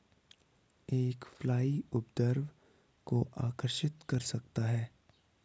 एक फ्लाई उपद्रव को आकर्षित कर सकता है?